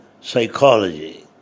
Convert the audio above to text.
psychology